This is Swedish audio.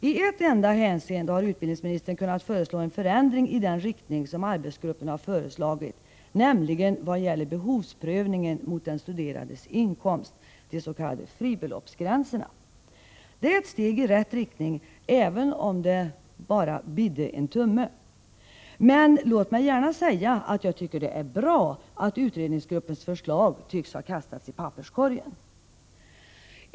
I ett enda hänseende har utbildningsministern kunnat föreslå en förändring i den riktning som arbetsgruppen föreslagit, nämligen vad gäller behovsprövningen mot den studerandes inkomst, de s.k. fribeloppsgränserna. Det är ett steg i rätt riktning, även om det bara ”bidde en tumme”. Men låt mig säga att jag tycker att det är bra att utredningsgruppens förslag tycks ha kastats i papperskorgen.